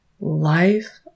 life